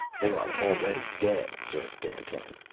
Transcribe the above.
they are already dead, observed dandtan.